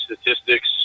statistics